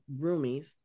roomies